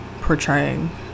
portraying